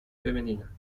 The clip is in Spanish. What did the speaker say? femenina